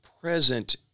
present